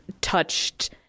touched